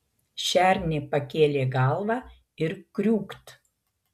šernė pakėlė galvą ir kriūkt